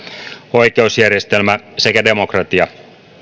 oikeusjärjestelmä sekä demokratia